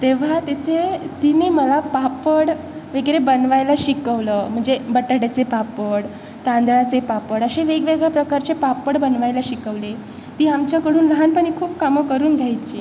तेव्हा तिथे तिने मला पापड वगैरे बनवायला शिकवलं म्हणजे बटाट्याचे पापड तांदळाचे पापड असे वेगवेगळ्या प्रकारचे पापड बनवायला शिकवले ती आमच्याकडून लहानपणी खूप कामं करून घ्यायची